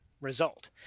result